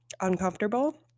uncomfortable